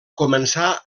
començà